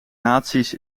naties